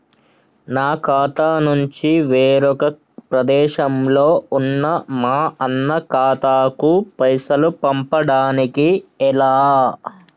నా ఖాతా నుంచి వేరొక ప్రదేశంలో ఉన్న మా అన్న ఖాతాకు పైసలు పంపడానికి ఎలా?